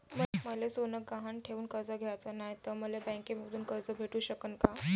मले सोनं गहान ठेवून कर्ज घ्याचं नाय, त मले बँकेमधून कर्ज भेटू शकन का?